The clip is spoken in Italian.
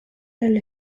dalle